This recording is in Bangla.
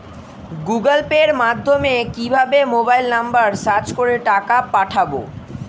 গুগোল পের মাধ্যমে কিভাবে মোবাইল নাম্বার সার্চ করে টাকা পাঠাবো?